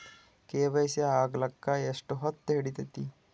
KYC ಆಗಲಕ್ಕ ಎಷ್ಟ ಹೊತ್ತ ಹಿಡತದ್ರಿ?